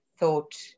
Thought